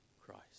Christ